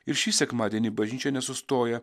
ir šį sekmadienį bažnyčia nesustoja